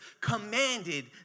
commanded